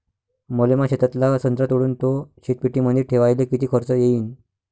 मले माया शेतातला संत्रा तोडून तो शीतपेटीमंदी ठेवायले किती खर्च येईन?